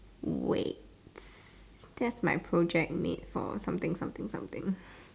wait that's my project mate for something something something